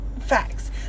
Facts